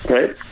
Right